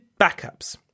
backups